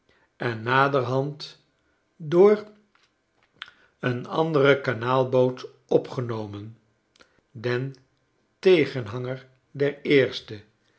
en naderhand door een andere kanaalboot opgenomen den tegenhanger